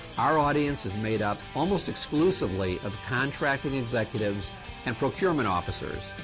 our audience is made up almost exclusively of contracting executives and procurement officers.